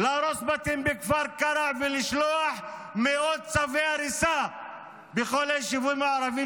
להרוס בתים בכפר קרע ולשלוח מאות צווי הריסה בכל היישובים הערבים,